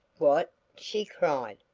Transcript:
what, she cried,